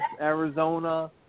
Arizona –